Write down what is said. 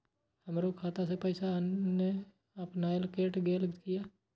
हमरो खाता से पैसा अपने अपनायल केट गेल किया?